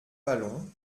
vallon